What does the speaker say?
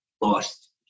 lost